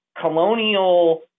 colonial